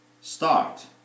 start